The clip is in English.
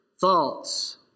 thoughts